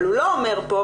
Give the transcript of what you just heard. אבל הוא לא אומר פה,